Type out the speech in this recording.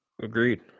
Agreed